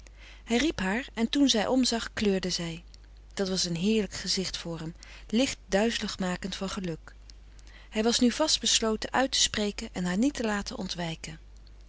hij riep haar en toen zij omzag kleurde zij dat was een heerlijk gezicht voor hem licht duizelig makend van geluk hij was nu vast besloten uit te spreken en haar niet te laten ontwijken